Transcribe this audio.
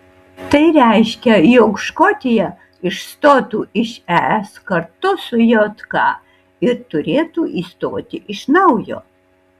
tai reiškia jog škotija išstotų iš es kartu su jk ir turėtų įstoti iš naujo